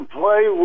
play